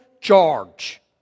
Charge